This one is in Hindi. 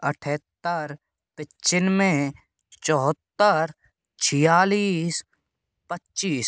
अठहत्तर पिचिन में चौहत्तर छियालीस पच्चीस